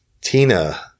Tina